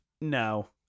No